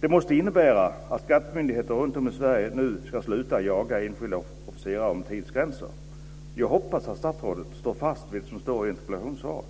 Det måste innebära att skattemyndigheter runtom i Sverige nu ska sluta jaga enskilda officerare om tidsgränser. Jag hoppas att statsrådet står fast vid det som står i interpellationssvaret.